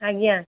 ଆଜ୍ଞା